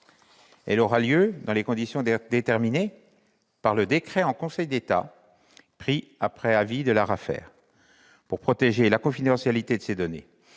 Elle aura lieu dans des conditions déterminées par un décret en Conseil d'État pris après avis de l'ARAFER, pour protéger la confidentialité de ces données.